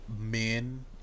men